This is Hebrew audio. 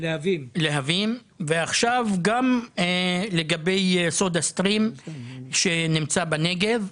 ועכשיו גם לגבי סודה-סטרים שנמצא בנגב.